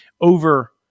over